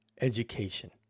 education